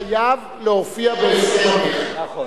וזה חייב להופיע, נכון.